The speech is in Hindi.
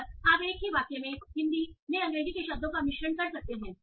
और आप एक ही वाक्य में हिंदी में अंग्रेजी के शब्दों का मिश्रण कर सकते हैं